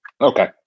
Okay